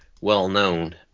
well-known